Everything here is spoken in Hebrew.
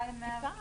בודדים.